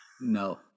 No